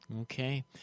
Okay